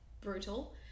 brutal